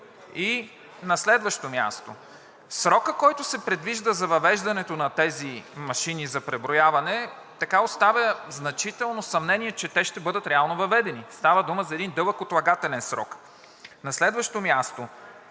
На следващо място, срокът, който се предвижда за въвеждането на тези машини за преброяване, оставя значително съмнение, че ще бъдат реално въведени. Става дума за един дълъг отлагателен срок. На следващо място,